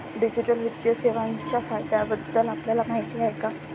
Digital वित्तीय सेवांच्या फायद्यांबद्दल आपल्याला माहिती आहे का?